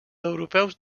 europeus